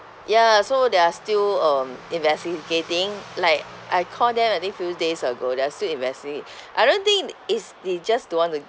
ya so they are still um investigating like I call them I think few days ago they are still investi~ I don't think is they just don't want to